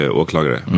åklagare